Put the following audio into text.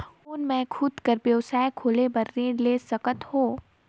कौन मैं खुद कर व्यवसाय खोले बर ऋण ले सकत हो?